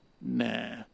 Nah